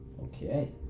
Okay